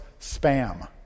spam